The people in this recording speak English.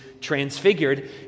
transfigured